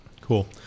Cool